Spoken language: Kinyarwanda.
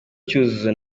cyuzuzo